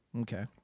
Okay